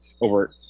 over